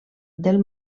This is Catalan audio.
del